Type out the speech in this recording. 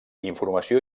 informació